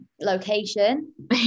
location